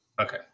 Okay